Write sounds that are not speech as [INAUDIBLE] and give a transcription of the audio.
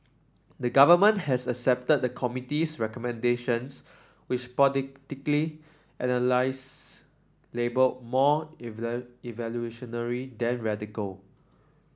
the government has accepted the committee's recommendations which [UNINTELLIGIBLE] analyse labelled more [UNINTELLIGIBLE] evolutionary than radical